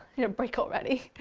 you know break already.